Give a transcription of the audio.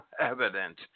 Evident